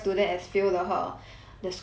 the school really damn 过分 lah